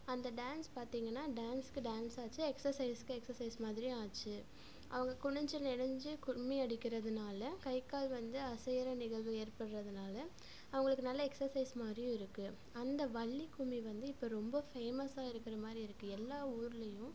அந்த டான்ஸ் பார்த்திங்கன்னா டான்ஸ்ஸுக்கு டான்ஸ்ஸும் ஆச்சு எக்ஸ்ஸசைஸ்ஸுக்கு எக்ஸ்ஸசைஸ் மாதிரியும் ஆச்சு அவங்க குனிஞ்சு நெளிஞ்சு கும்மி அடிக்கிறதுனால கை கால் வந்து அசையுற நிகழ்வு ஏற்படுகிறதுனால அவங்களுக்கு நல்ல எக்ஸ்ஸசைஸ் மாதிரியும் இருக்குது அந்த வள்ளி கும்மி வந்து இப்போ ரொம்ப ஃபேமஸ்ஸாக இருக்கிற மாதிரி இருக்குது எல்லா ஊர்லேயும்